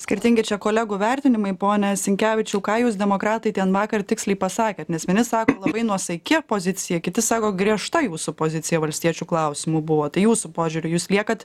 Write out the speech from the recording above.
skirtingi čia kolegų vertinimai pone sinkevičiau ką jūs demokratai ten vakar tiksliai pasakėt nes vieni sako labai nuosaiki pozicija kiti sako griežta jūsų pozicija valstiečių klausimu buvo tai jūsų požiūriu jūs liekat